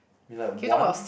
is like one